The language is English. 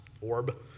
orb